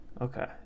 Okay